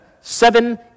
Seven